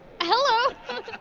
hello